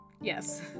Yes